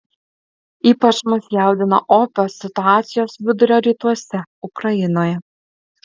ypač mus jaudina opios situacijos vidurio rytuose ukrainoje